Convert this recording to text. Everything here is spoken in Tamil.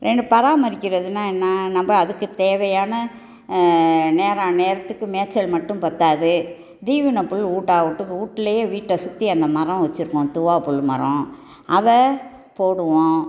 ரெண்டு பராமரிக்கிறதுன்னா என்ன நம்ம அதுக்கு தேவையான நேரா நேரத்துக்கு மேய்ச்சல் மட்டும் பத்தாது தீவனம் புல் வீட்டா வீட்டுக்கு வீட்டுலேயே வீட்டு சுற்றி அந்த மரம் வச்சுருக்கோம் துவா புல்லு மரம் அதை போடுவோம்